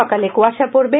সকালে কুয়াশা পডবে